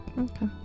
Okay